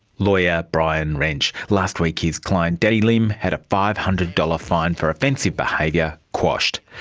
lawyer bryan wrench. last week, his client danny lim had a five hundred dollars fine for offensive behaviour quashed.